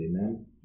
amen